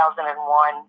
2001